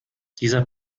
dieser